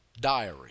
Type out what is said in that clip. diary